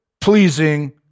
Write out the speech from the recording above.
pleasing